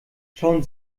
schauen